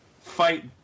fight